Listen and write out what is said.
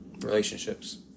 relationships